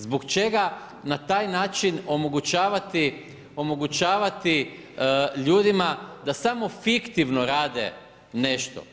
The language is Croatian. Zbog čega na taj način omogućavati ljudima da samo fiktivno rade nešto.